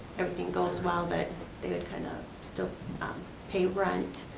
everything goes well, that they would kind of still pay rent,